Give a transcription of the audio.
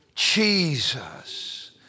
Jesus